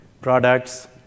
products